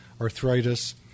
arthritis